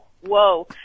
whoa